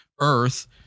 earth